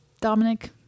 Dominic